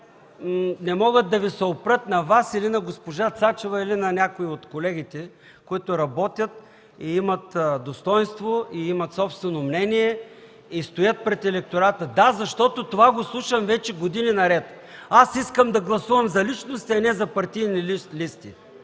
не могат да Ви се опрат – на Вас или на госпожа Цачева, или на някого от колегите, които работят, имат достойнство, имат собствено мнение и стоят пред електората. Това го слушам вече години наред: „Аз искам да гласувам за личности, а не за партийни листи”.